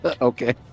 Okay